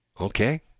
Okay